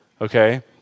okay